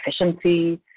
efficiency